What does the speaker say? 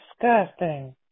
disgusting